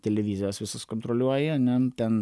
televizijas visas kontroliuoji ane ten